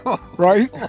right